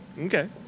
Okay